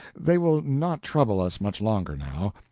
they will not trouble us much longer now.